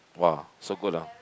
!wow! so good ah